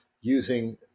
using